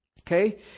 okay